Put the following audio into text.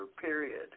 period